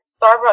starbucks